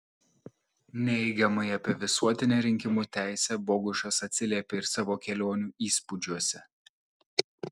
neigiamai apie visuotinę rinkimų teisę bogušas atsiliepė ir savo kelionių įspūdžiuose